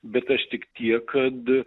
bet aš tik tiek kad